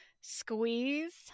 Squeeze